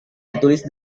ditulis